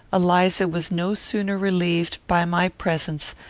eliza was no sooner relieved, by my presence,